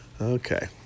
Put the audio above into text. Okay